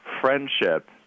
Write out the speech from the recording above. friendship